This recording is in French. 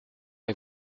est